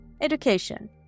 education